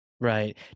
right